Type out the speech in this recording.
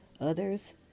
Others